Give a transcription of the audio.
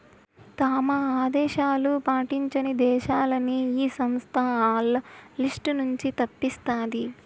తమ ఆదేశాలు పాటించని దేశాలని ఈ సంస్థ ఆల్ల లిస్ట్ నుంచి తప్పిస్తాది